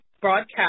broadcast